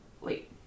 Wait